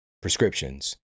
prescriptions